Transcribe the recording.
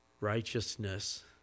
Righteousness